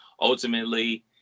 Ultimately